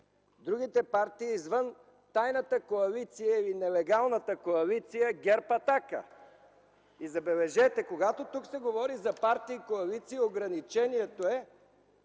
другите партии извън тайната и нелегална коалиция ГЕРБ-„Атака”. Забележете, че когато тук се говори за партии и коалиции, ограничението е